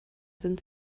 sind